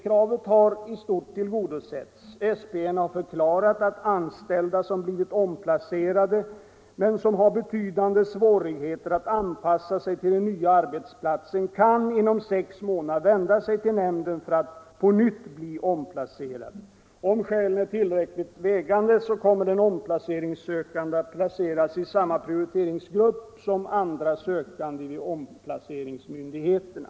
Statens personalnämnd har förklarat att anställda som har blivit omplacerade men haft betydande svårigheter att anpassa sig till den nya arbetsplatsen inom sex månader kan vända sig till nämnden för att bli omplacerade på nytt. Om skälen är tillräckligt vägande kommer den omplaceringssökande då att placeras i samma prioritetsgrupp som andra sökande vid omplaceringsmyndigheterna.